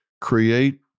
create